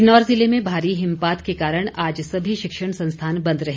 किन्नौर ज़िले में भारी हिमपात के कारण आज सभी शिक्षण संस्थान बंद रहे